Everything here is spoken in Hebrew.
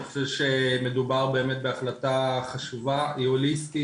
אני חושב שמדובר בהחלטה חשובה, היא הוליסטית.